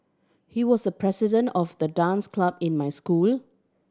he was the president of the dance club in my school